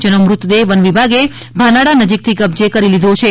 જેનો મૃતદેહ વનવિભાગે ભાનાડા નજીકથી કબ્જે કરી લીધો છે